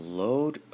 load